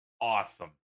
Awesome